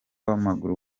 w’amaguru